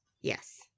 Yes